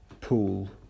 pool